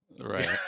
Right